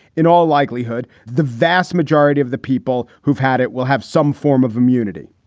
in all likelihood. the vast majority of the people who've had it will have some form of immunity.